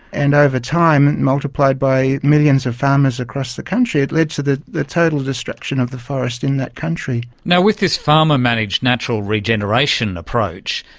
and over time, multiplied by millions of farmers across the country, it led to the the total destruction of the forest in that country. with this farmer-managed natural regeneration approach,